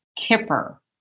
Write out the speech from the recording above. Kipper